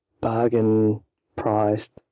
bargain-priced